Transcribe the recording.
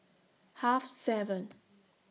Half seven